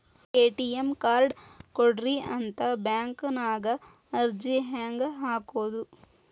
ATM card ಕೊಡ್ರಿ ಅಂತ ಬ್ಯಾಂಕ ನ್ಯಾಗ ಅರ್ಜಿ ಹೆಂಗ ಹಾಕೋದು?